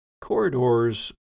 corridors